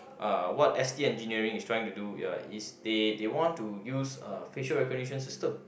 uh what S_T engineering is trying to do uh is they they want to use uh facial recognition system